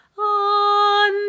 On